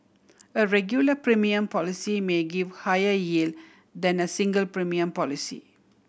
a regular premium policy may give higher yield than a single premium policy